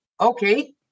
okay